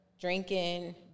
drinking